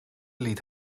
liet